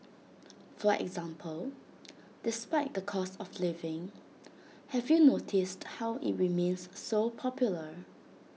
for example despite the cost of living have you noticed how IT remains so popular